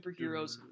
superheroes